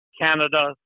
Canada